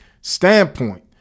standpoint